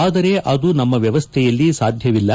ಆದರೆ ಅದು ನಮ್ಮ ವ್ಯವಸ್ಥೆಯಲ್ಲಿ ಸಾದ್ಮವಿಲ್ಲ